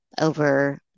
over